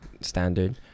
standard